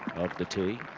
of the tee,